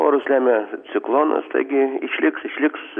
orus lemia ciklonas taigi išliks išliks